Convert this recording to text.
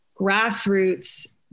grassroots